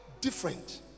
different